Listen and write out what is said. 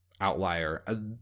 outlier